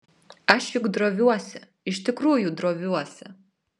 aš juk droviuosi iš tikrųjų droviuosi